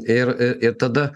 ir i ir tada